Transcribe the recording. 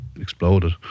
exploded